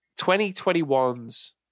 2021's